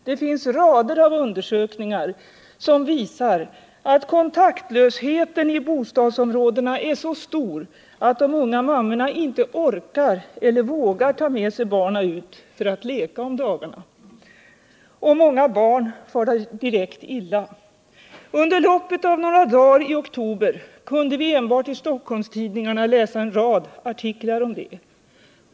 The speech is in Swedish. Det finns en rad undersökningar som visar att kontaktlösheten i bostadsområdena är så stor att de unga mammorna inte orkar eller vågar ta med sig barnen ut för att leka om dagarna. Och många barn far direkt illa. Under loppet av ett par dagar i oktober kunde vi enbart i Stockholmstidningarna läsa en rad artiklar om det.